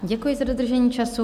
Děkuji za dodržení času.